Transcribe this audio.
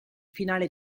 finale